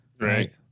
right